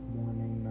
morning